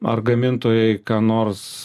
ar gamintojai ką nors